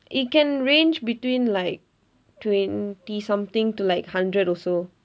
it can range between like twenty something to like hundred also